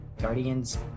Guardians